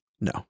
No